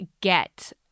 get